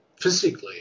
physically